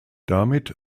damit